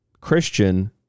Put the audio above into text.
Christian